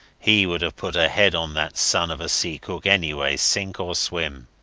he would have put a head on that son of a sea-cook, anyway, sink or swim.